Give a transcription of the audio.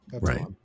Right